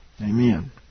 Amen